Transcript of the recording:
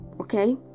okay